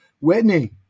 Whitney